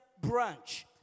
branch